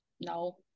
No